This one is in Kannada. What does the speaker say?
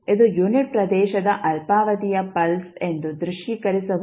ಇದು ಯುನಿಟ್ ಪ್ರದೇಶದ ಅಲ್ಪಾವಧಿಯ ಪಲ್ಸ್ ಎಂದು ದೃಶ್ಯೀಕರಿಸಬಹುದು